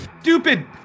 stupid